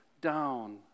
down